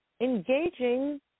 engaging